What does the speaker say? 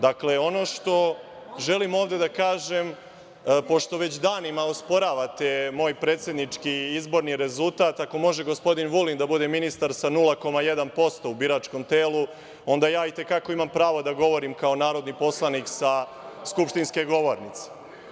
Dakle, ono što želim ovde da kažem, pošto već danima osporavate moj predsednički izborni rezultat, ako može gospodin Vulin da bude ministar sa 0,1% u biračkom telu, onda ja i te kako imam prava da govorim kao narodni poslanik sa skupštinske govornice.